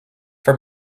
for